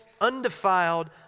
undefiled